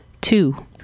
Two